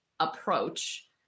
approach